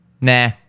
Nah